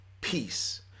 peace